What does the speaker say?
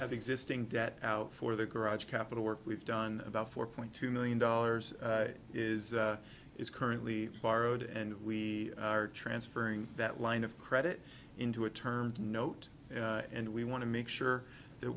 have existing debt out for the garage capital work we've done about four point two million dollars is is currently borrowed and we are transferring that line of credit into a term note and we want to make sure that